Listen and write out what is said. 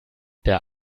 der